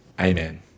amen